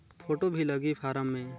Photo भी लगी form मे?